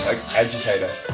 agitator